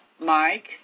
Mike